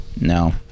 no